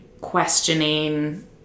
questioning